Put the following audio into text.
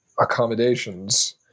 accommodations